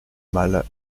mal